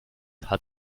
hat